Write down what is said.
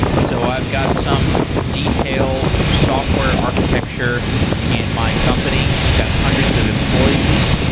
so i've got some detailed software architecture in my company. i've got hundreds of employees.